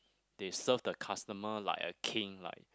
they serve the customer like a king like